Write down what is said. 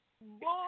Boy